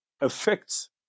affects